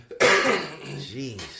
Jeez